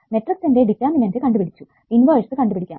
മെട്രിക്ക്സിൻറെ determinant കണ്ടുപിടിച്ചു inverse കണ്ടുപിടിക്കാം